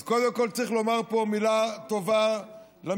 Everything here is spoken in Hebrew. אז קודם כול צריך לומר פה מילה טובה למתיישבים,